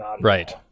Right